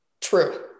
true